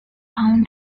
town